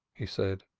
he said.